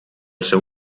seu